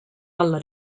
alla